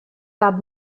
gab